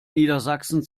niedersachsen